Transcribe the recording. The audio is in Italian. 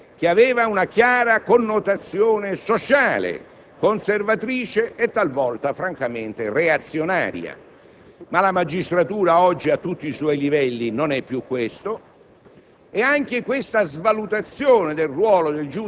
la magistratura degli anni Cinquanta, in breve, che aveva una chiara connotazione sociale, conservatrice e talvolta francamente reazionaria. Ma oggi la magistratura, a tutti i suoi livelli, non è più così